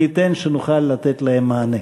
מי ייתן שנוכל לתת להם מענה.